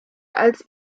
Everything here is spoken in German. als